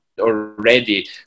already